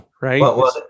right